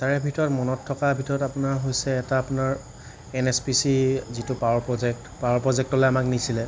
তাৰে ভিতৰত মনত থকা ভিতৰত আপোনাৰ হৈছে এটা আপোনাৰ এন এছ পি চি ৰ যিটো পাৱাৰ প্ৰজেক্ট পাৱাৰ প্ৰজেক্টটোলৈ আমাক নিছিলে